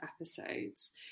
episodes